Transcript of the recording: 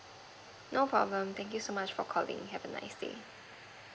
no problem thank you so much for calling have a nice day